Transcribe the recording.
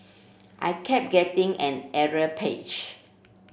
I kept getting an error page